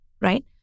right